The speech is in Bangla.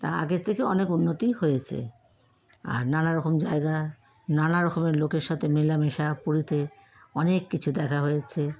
তা আগে থেকে অনেক উন্নতি হয়েছে আর নানারকম জায়গা নানারকমের লোকের সাথে মেলামেশা পুরীতে অনেক কিছু দেখা হয়েছে